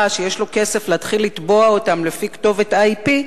שיש לו כסף להתחיל לתבוע אותם לפי כתובת IP,